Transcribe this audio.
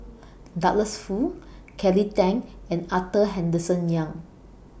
Douglas Foo Kelly Tang and Arthur Henderson Young